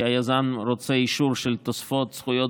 כי היזם רוצה אישור של תוספות זכויות